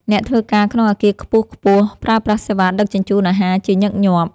អ្នកធ្វើការក្នុងអគារខ្ពស់ៗ ប្រើប្រាស់សេវាដឹកជញ្ជូនអាហារជាញឹកញាប់។